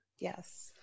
Yes